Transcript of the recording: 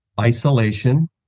isolation